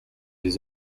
his